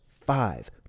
five